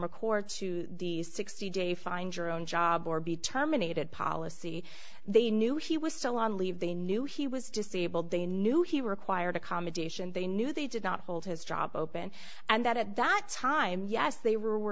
mccourt to the sixty day find your own job or be terminated policy they knew he was still on leave they knew he was disabled they knew he required accommodation they knew they did not hold his job open and that at that time yes they were